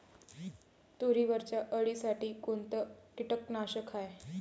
तुरीवरच्या अळीसाठी कोनतं कीटकनाशक हाये?